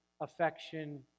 affection